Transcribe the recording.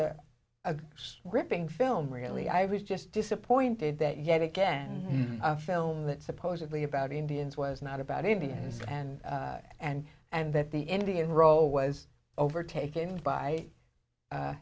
gripping film really i was just disappointed that yet again a film that supposedly about indians was not about indians and and and that the indian role was overtaken by